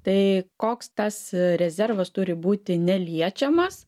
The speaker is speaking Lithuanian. tai koks tas rezervas turi būti neliečiamas